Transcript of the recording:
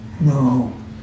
No